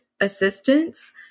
assistance